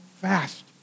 fast